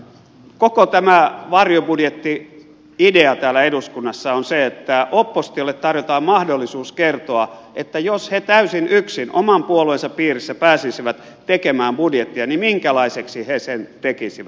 koko tämä varjobudjetti idea täällä eduskunnassa on se että oppositiolle tarjotaan mahdollisuus kertoa että jos he täysin yksin oman puolueensa piirissä pääsisivät tekemään budjettia niin minkälaiseksi he sen tekisivät